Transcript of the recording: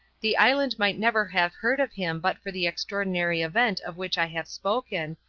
the island might never have heard of him but for the extraordinary event of which i have spoken,